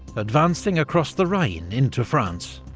advancing across the rhine into france.